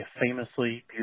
famously